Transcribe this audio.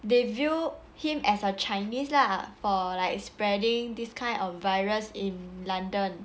they view him as a chinese lah for like spreading this kind of virus in london